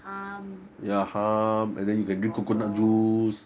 hum gong gong